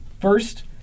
First